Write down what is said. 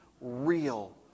real